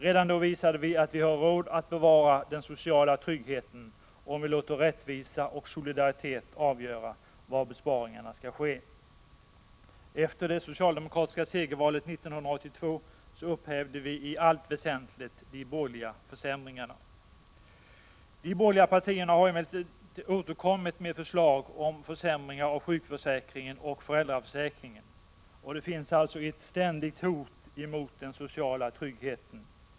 Redan då visade vi att vi har råd att bevara den sociala tryggheten, om vi låter rättvisa och solidaritet avgöra var besparingarna skall ske. Efter det socialdemokratiska segervalet 1982 upphävde vi i allt väsentligt de borgerliga försämringarna. De borgerliga partierna har emellertid återkommit med förslag om försämringar av sjukförsäkringen och föräldraförsäkringen. Det finns alltså ett ständigt hot mot den sociala tryggheten.